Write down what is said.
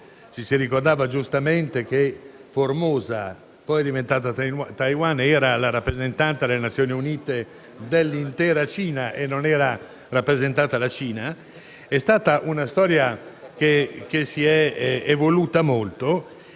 ricordato che Formosa, diventata poi Taiwan, era la rappresentante nelle Nazioni Unite dell'intera Cina e non era rappresentata la Cinapopolare. È stata una storia che si è evoluta molto.